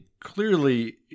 clearly